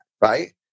Right